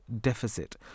deficit